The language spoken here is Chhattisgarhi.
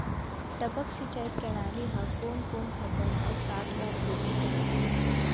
टपक सिंचाई प्रणाली ह कोन कोन फसल अऊ साग म उपयोगी कहिथे?